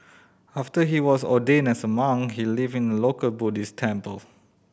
after he was ordained as a monk he lived in a local Buddhist temple